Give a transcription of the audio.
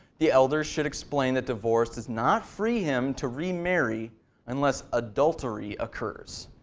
the elders should explain that divorce does not free him to remarry unless adultery occurs.